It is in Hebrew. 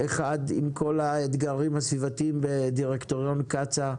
עם כל האתגרים הסביבתיים בדירקטוריון קצא"א,